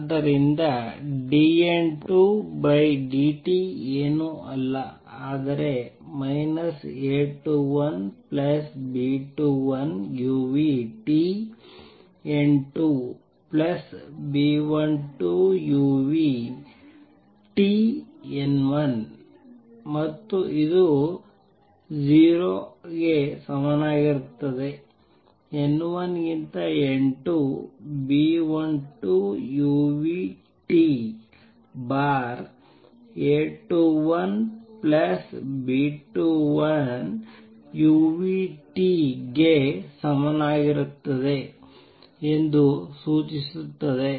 ಆದ್ದರಿಂದ dN2dt ಏನೂ ಅಲ್ಲ ಆದರೆ A21B21uTN2B12uTN1 ಮತ್ತು ಇದು 0 ಗೆ ಸಮನಾಗಿರುತ್ತದೆ N1 ಗಿಂತ N2 B12uTA21B21uT ಗೆ ಸಮಾನವಾಗಿರುತ್ತದೆ ಎಂದು ಸೂಚಿಸುತ್ತದೆ